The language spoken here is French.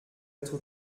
être